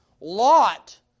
Lot